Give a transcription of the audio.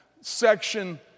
section